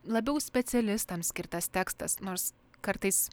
labiau specialistams skirtas tekstas nors kartais